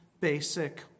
basic